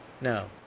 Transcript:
No